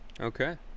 Okay